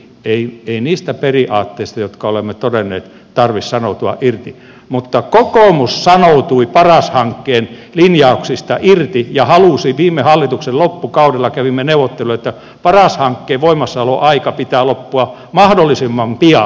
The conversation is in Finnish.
ei niistä periaatteista jotka olemme todenneet tarvitse sanoutua irti mutta kokoomus sanoutui paras hankkeen linjauksista irti ja halusi viime hallituksen loppukaudella kävimme neuvotteluja että paras hankkeen voimassaoloajan pitää loppua mahdollisimman pian